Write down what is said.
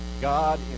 God